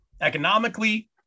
economically